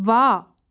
ਵਾਹ